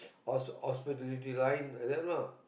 hos hospitality line like that lah